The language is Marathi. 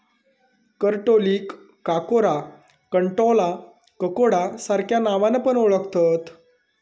करटोलीक काकोरा, कंटॉला, ककोडा सार्ख्या नावान पण ओळाखतत